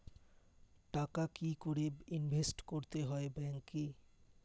টাকা কি করে ইনভেস্ট করতে হয় ব্যাংক এ?